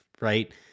right